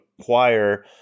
acquire